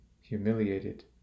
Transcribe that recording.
humiliated